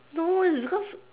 no it's because